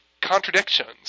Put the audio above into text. contradictions